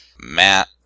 Matt